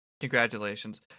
Congratulations